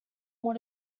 would